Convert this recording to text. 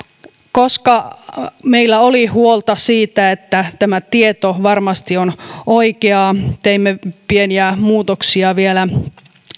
koska meillä oli huolta siitä että tämä tieto varmasti on oikeaa teimme pieniä muutoksia vielä